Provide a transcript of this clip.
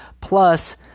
Plus